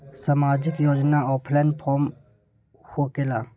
समाजिक योजना offline form होकेला?